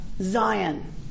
Zion